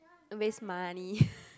waste money